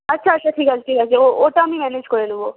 আচ্ছা আচ্ছা ঠিক আছে ঠিক আছে ওটা আমি ম্যানেজ করে নেব